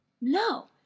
No